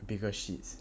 bigger shits